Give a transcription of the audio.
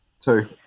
Two